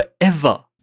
forever